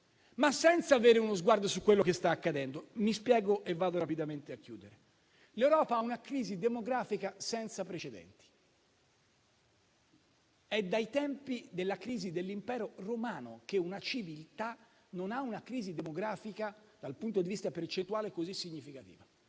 senza avere uno sguardo su quello che sta accadendo. Mi spiego e vado rapidamente a chiudere. L'Europa ha una crisi demografica senza precedenti. È dai tempi della crisi dell'Impero romano che una civiltà non ha una crisi demografica così significativa